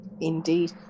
Indeed